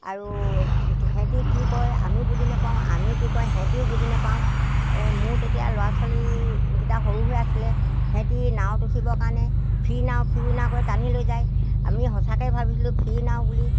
আৰু সিহঁতি কি কয় আমি বুজি নাপাওঁ আমি কি কওঁ সিহঁতিও বুজি নাপায় মোৰ তেতিয়া ল'ৰা ছোৱালীকেইটা সৰু হৈ আছিলে সিহঁতি নাৱত উঠিবৰ কাৰণে ফ্ৰী নাও ফ্ৰী বুলি কৈ টানি লৈ যায় আমি সঁচাকৈ ভাবিছিলোঁ ফ্ৰী নাও বুলি